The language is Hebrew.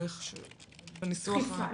דחיפה.